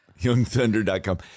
Youngthunder.com